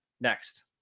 next